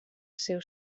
seu